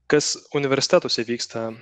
kas universitetuose vyksta